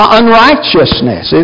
unrighteousness